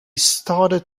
started